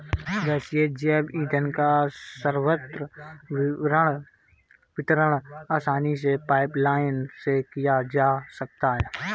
गैसीय जैव ईंधन का सर्वत्र वितरण आसानी से पाइपलाईन से किया जा सकता है